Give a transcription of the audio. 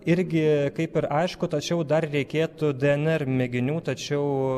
irgi kaip ir aišku tačiau dar reikėtų dnr mėginių tačiau